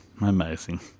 amazing